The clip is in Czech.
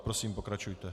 Prosím, pokračujte.